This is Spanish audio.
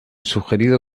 sugerido